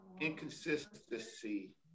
inconsistency